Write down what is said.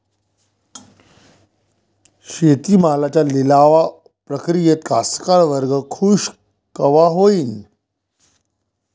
शेती मालाच्या लिलाव प्रक्रियेत कास्तकार वर्ग खूष कवा होईन?